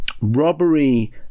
robbery